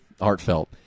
heartfelt